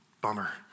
bummer